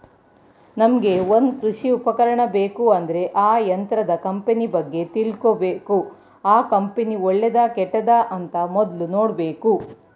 ನಮ್ಗೆ ಒಂದ್ ಕೃಷಿ ಉಪಕರಣ ಬೇಕು ಅಂದ್ರೆ ಆ ಯಂತ್ರದ ಕಂಪನಿ ಬಗ್ಗೆ ತಿಳ್ಕಬೇಕು ಆ ಕಂಪನಿ ಒಳ್ಳೆದಾ ಕೆಟ್ಟುದ ಅಂತ ಮೊದ್ಲು ನೋಡ್ಬೇಕು